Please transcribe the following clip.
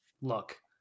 look